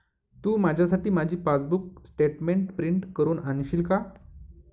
तू माझ्यासाठी माझी passbook statement print करून आणशील का?